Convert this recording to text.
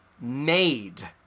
made